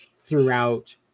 throughout